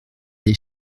des